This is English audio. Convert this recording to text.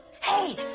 Hey